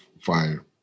FIRE